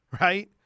right